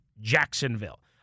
Jacksonville